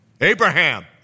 Abraham